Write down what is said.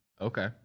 Okay